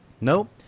Nope